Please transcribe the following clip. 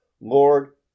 lord